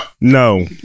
No